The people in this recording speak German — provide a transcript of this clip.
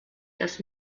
das